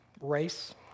race